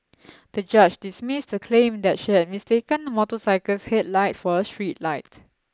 the judge dismissed her claim that she had mistaken the motorcycle's headlight for a street light